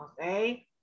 Okay